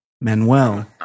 Manuel